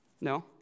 No